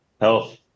health